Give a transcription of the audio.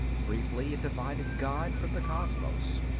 briefly, it divided god from the cosmos.